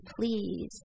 please